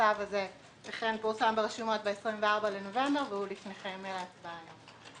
הצו הזה אכן פורסם ברשומות ב-24 בנובמבר והוא לפניכם להצבעה היום.